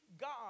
God